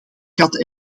kat